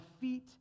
feet